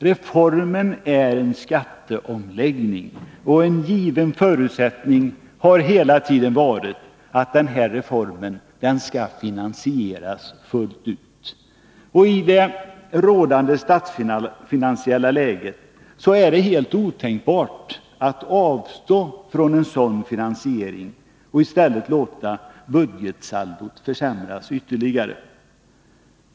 Reformen är en skatteomläggning, och en given förutsättning har hela tiden varit att reformen skall finansieras fullt ut. I det rådande statsfinansiella läget är det helt otänkbart att avstå från en sådan finansiering och i stället låta budgetsaldot försämras ytterligare.